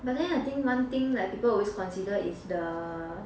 but then I think one thing that people always consider is the